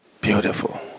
Beautiful